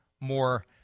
more